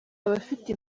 abafite